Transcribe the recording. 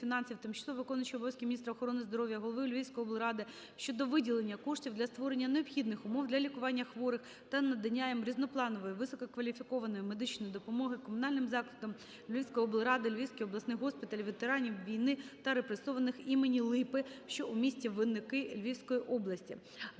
тимчасово виконуючої обов'язки міністра охорони здоров'я, голови Львівської облради щодо виділення коштів для створення необхідних умов для лікування хворих та надання їм різнопланової висококваліфікованої медичної допомоги Комунальним закладом Львівської облради "Львівський обласний госпіталь ветеранів війни та репресованих імені Липи", що у місті Винники Львівської області.